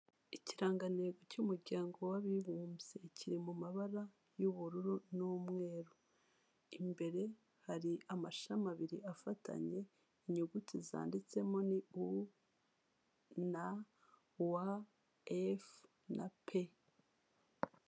Ikirangantego cy'umuryango w'abibumbye, kiri mu mabara y'ubururu n'umweru, imbere hari amashami abiri afatanye inyuguti zanditsemo ni UNWFP.